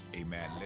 Amen